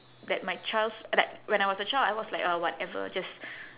that my child s~ like when I was a child I was like uh whatever just